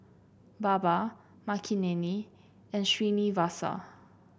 Baba Makineni and Srinivasa